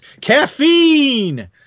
Caffeine